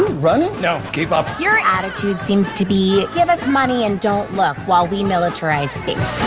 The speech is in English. running? no. keep up. your attitude seems to be, give us money and don't look, while we militarize space.